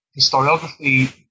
historiography